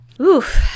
Oof